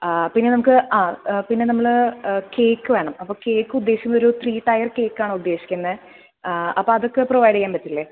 പിന്നെ നമുക്ക് പിന്നെ നമ്മൾ കേക്ക് വേണം അപ്പോൾ കേക്കുദ്ദേശിക്കുന്നത് ഒരു ത്രീ ടയർ കേക്കാണുദ്ദേശിക്കുന്നത് അപ്പോൾ അതൊക്കെ പ്രൊവൈഡ് ചെയ്യാൻ പറ്റില്ലേ